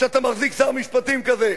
שאתה מחזיק שר משפטים כזה,